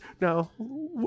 No